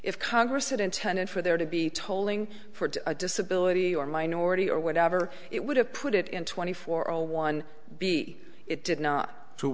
if congress had intended for there to be tolling for a disability or minority or whatever it would have put it in twenty four or one b it did not to